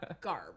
GARB